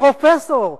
פרופסור.